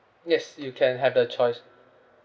yes you can have the choice